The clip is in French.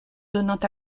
donnant